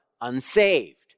unsaved